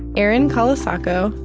erin colasacco,